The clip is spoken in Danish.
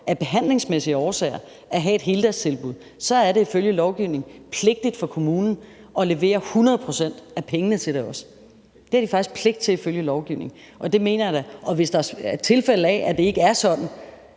af behandlingsmæssige årsager faktisk har behov for at have et heldagstilbud, så er det ifølge lovgivningen pligtigt for kommunen at levere 100 pct. af pengene til det. Det har de faktisk pligt til ifølge lovgivningen, og hvis der er tilfælde, hvor det ikke er sådan,